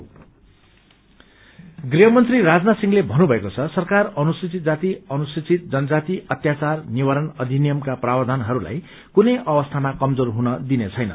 प्ससीएसटी गृहमन्त्री राजनाथ सिंह्से भन्नुभएको छ सरकार अनुसूचित जाति अनुसूचित जनजाति अत्पाचार निवारण अधिनियमका प्रावधानहस्ताई कुनै अवस्थामा कमजोर हुन दिइने छैन